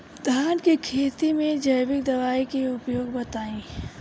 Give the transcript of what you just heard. धान के खेती में जैविक दवाई के उपयोग बताइए?